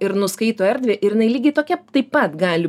ir nuskaito erdvę ir jinai lygiai tokia taip pat gali